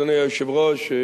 אדוני היושב-ראש,